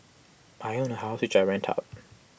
I own A house which I rent out